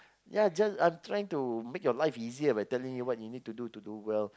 ya just I'm trying to make your life easier by telling you what you need to do to do well